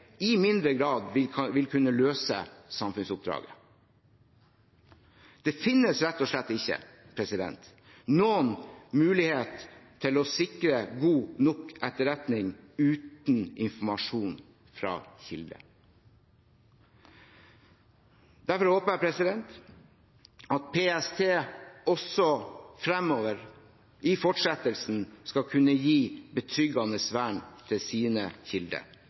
i mindre grad vil kunne løse samfunnsoppdraget. Det finnes rett og slett ikke noen mulighet til å sikre god nok etterretning uten informasjonen fra kilder. Derfor håper jeg at PST også fremover, i fortsettelsen, skal kunne gi betryggende vern til sine kilder.